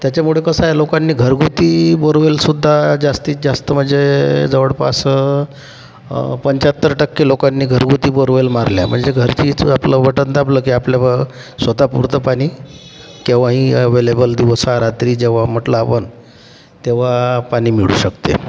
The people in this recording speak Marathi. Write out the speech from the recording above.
त्याच्यामुळे कसं आहे लोकांनी घरगुती बोरवेलसुद्धा जास्तीत जास्त म्हणजे जवळपास पंचाहत्तर टक्के लोकांनी घरगुती बोअरवेल मारल्या म्हणजे घरचीच आपला बटन दाबलं की आपला बुवा स्वतः पुरतं पाणी केव्हाही अव्हेलेबल दिवसा रात्री जेव्हा म्हटलं आपण तेव्हा पाणी मिळू शकते